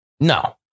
No